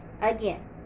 Again